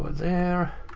there.